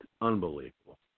Unbelievable